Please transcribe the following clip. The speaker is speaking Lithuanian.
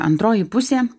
antroji pusė